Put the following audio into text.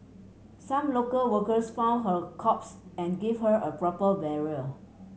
some local workers found her corpse and gave her a proper burial